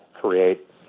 create